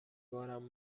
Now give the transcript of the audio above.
بارم